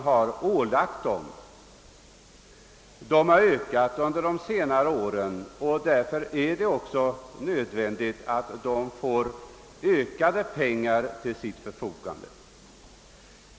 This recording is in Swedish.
Dessa uppgifter har ökat under de senare åren och därför är det också nödvändigt att de får mera pengar till sitt förfogande.